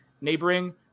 neighboring